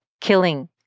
killing